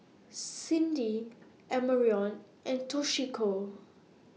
Cindy Amarion and Toshiko